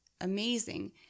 amazing